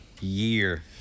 Year